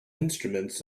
instruments